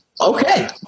Okay